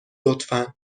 لطفا